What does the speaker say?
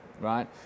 right